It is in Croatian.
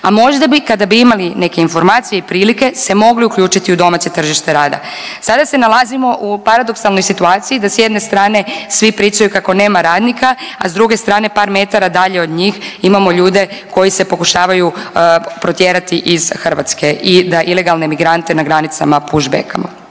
a možda bi kada bi imali neke informacije i prilike se mogli uključiti u domaće tržište rada. Sada se nalazimo u paradoksalnoj situaciji da s jedne strane svi pričaju kako nema radnika, a s druge strane par metara dalje od njih imamo ljude koji se pokušavaju protjerati iz Hrvatske i da ilegalne migrante na granicama push-backamo.